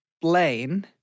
Blaine